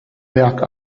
berg